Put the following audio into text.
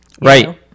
Right